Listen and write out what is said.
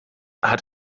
hat